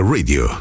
Radio